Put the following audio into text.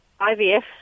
IVF